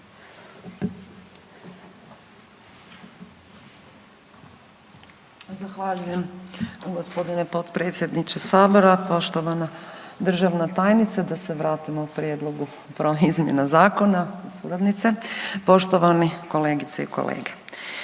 Zahvaljujem g. potpredsjedniče sabora, poštovana državna tajnice, da se vratimo prijedlogu izmjena zakona, suradnice, poštovani kolegice i kolege.